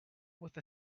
with